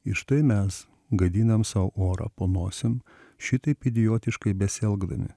ir štai mes gadinam sau orą po nosim šitaip idiotiškai besielgdami